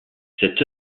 cette